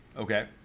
Okay